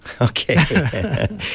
Okay